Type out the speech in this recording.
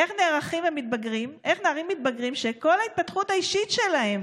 איך נערים מתבגרים, שכל ההתפתחות האישית שלהם